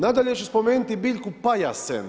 Nadalje ću spomenuti i biljku pajasen.